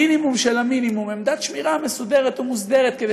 המינימום של המינימום: עמדת שמירה מסודרת ומוסדרת כדי